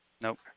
Nope